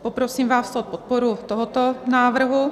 Poprosím vás o podporu tohoto návrhu.